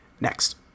Next